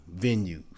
venues